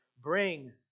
bring